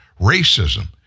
racism